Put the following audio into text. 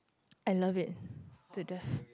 I love it to death